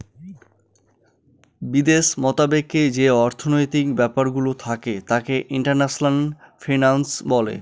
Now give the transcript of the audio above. বিদেশ মতাবেকে যে অর্থনৈতিক ব্যাপারগুলো থাকে তাকে ইন্টারন্যাশনাল ফিন্যান্স বলে